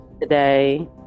today